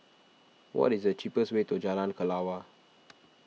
what is the cheapest way to Jalan Kelawar